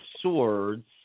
Swords